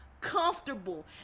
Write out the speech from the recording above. comfortable